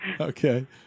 Okay